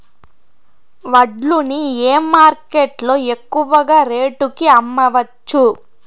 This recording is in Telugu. వడ్లు ని ఏ మార్కెట్ లో ఎక్కువగా రేటు కి అమ్మవచ్చు?